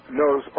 knows